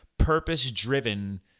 purpose-driven